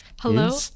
Hello